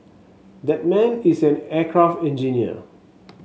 that man is an aircraft engineer